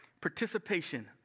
participation